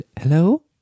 Hello